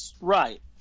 right